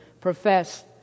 profess